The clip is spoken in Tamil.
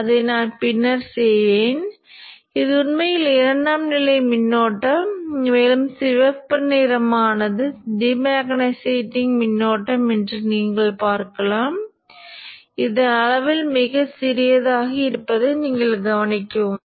இதன் அடிப்படையில் நீங்கள் இதை வடிவமைப்பதன் மூலம் உங்களுக்குத் மதிப்பு தெரியும் மேலும் தேர்ந்தெடுக்கப்பட்ட சாதனத்தின் மதிப்பு தரவுத் தாள் மதிப்பு இவை அனைத்தையும் அறிந்தால் இதை மதிப்பிடலாம்